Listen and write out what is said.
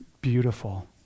beautiful